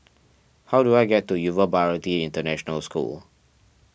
how do I get to Yuva Bharati International School